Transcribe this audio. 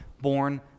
Born